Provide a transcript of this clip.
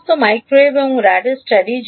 সমস্ত মাইক্রোওয়েভ এবং radar study